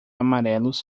amarelos